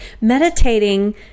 meditating